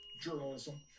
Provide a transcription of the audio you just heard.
journalism